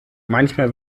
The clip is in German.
manchmal